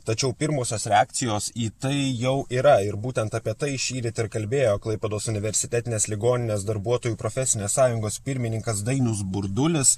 tačiau pirmosios reakcijos į tai jau yra ir būtent apie tai šįryt ir kalbėjo klaipėdos universitetinės ligoninės darbuotojų profesinės sąjungos pirmininkas dainius burdulis